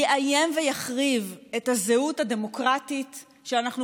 יאיים ויחריב את הזהות הדמוקרטית שאנחנו